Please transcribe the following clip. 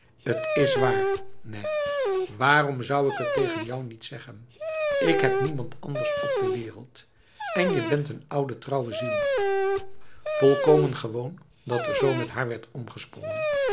het is waar nèh waarom zou ik het tegen jou niet zeggen ik heb niemand anders op de wereld en je bent n ouwe trouwe zielf volkomen gewoon dat er zo met haar werd omgesprongen